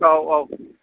औ औ